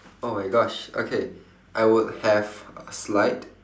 oh my gosh okay I would have a slide